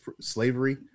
slavery